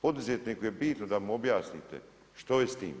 Poduzetniku je bitno da mu objasnite što je s tim?